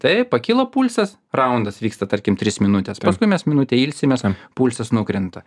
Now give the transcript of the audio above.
tai pakilo pulsas raundas vyksta tarkim tris minutes paskui mes minutę ilsimės pulsas nukrinta